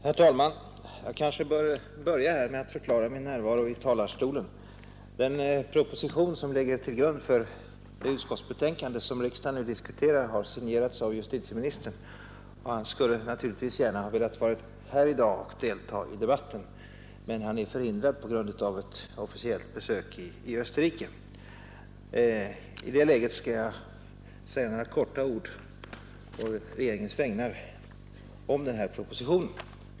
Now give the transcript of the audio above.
Herr talman! Jag kanske bör börja med att förklara min närvaro i talarstolen. Den proposition som ligger till grund för det utskottsbetänkande som kammaren nu diskuterar har signerats av justitieministern, och han skulle naturligtvis gärna ha velat vara här i dag för att delta i debatten. Men han är förhindrad av ett officiellt besök i Österrike. I det läget skall jag å regeringens vägnar säga några ord om denna proposition.